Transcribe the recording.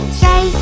say